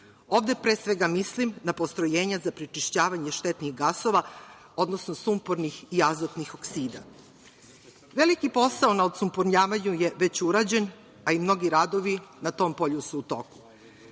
Ovde pre svega mislim na postrojenja za prečišćavanje štetnih gasova, odnosno sumpornih i azotnih oksida. Veliki posao na odsumporavanju je već urađen, a i mnogi radovi na tom polju su u toku.